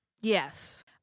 Yes